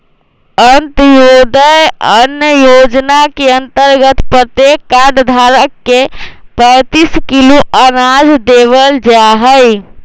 अंत्योदय अन्न योजना के अंतर्गत प्रत्येक कार्ड धारक के पैंतीस किलो अनाज देवल जाहई